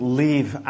leave